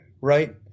right